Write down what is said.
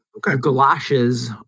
galoshes